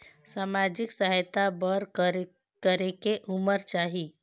समाजिक सहायता बर करेके उमर चाही?